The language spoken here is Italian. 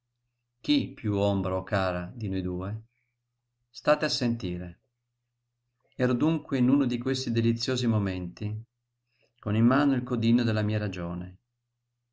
chi piú ombra o cara di noi due state a sentire ero dunque in uno di questi deliziosi momenti con in mano il codino della mia ragione